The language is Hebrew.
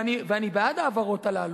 ואני בעד ההעברות הללו,